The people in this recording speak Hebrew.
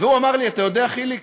והוא אמר לי: אתה יודע, חיליק,